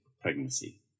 pregnancy